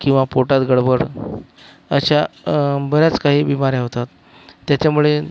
किंवा पोटात गडबड अशा बऱ्याच काही बिमाऱ्या होतात त्याच्यामुळे